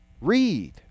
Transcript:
Read